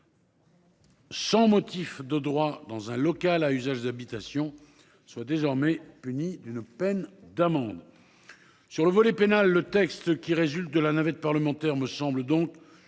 Sans motif de droit dans un local à usage d'habitation soit désormais punie d'une peine d'amende. Sur le volet pénal. Le texte qui résulte de la navette parlementaire me semble donc